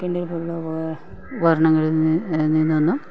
Kindle പോലെയുള്ള ഉപകരണങ്ങളിൽ നിന്നും